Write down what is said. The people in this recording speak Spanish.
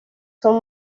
son